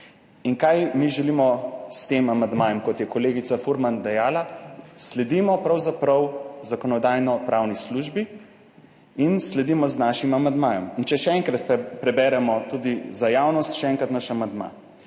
Kaj mi želimo s tem amandmajem? Kot je kolegica Furman dejala, sledimo pravzaprav Zakonodajno-pravni službi in sledimo z našim amandmajem. Če še enkrat preberemo tudi za javnost naš amandma: